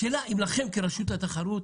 השאלה אם כרשות התחרות